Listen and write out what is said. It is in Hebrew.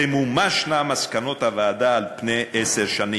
תמומשנה מסקנות הוועדה על-פני עשר שנים.